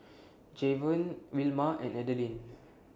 Javon Wilma and Adelyn